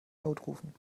notrufen